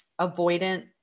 avoidant